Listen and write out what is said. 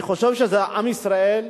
אני חושב שעם ישראל,